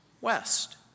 West